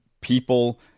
people